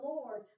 Lord